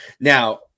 Now